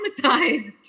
traumatized